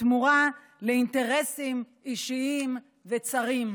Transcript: בתמורה לאינטרסים אישיים וצרים.